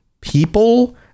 people